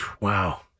Wow